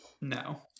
No